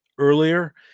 earlier